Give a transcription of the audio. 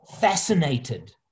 fascinated